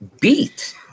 Beat